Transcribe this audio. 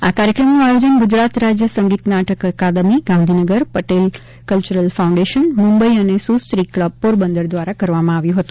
આ કાર્યક્રમનું આયોજન ગૂજરાત રાજ્ય સંગીત નાટક અકાદમી ગાંધીનગ પટેલ કલ્ચરલ ફાઉન્ડેશન મુંબઈ અને સુસ્ત્રી ક્લબ પોરબંદર દ્વારા કરવામાં આવ્યું હતું